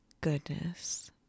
goodness